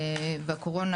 הקורונה,